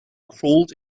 crawled